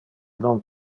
non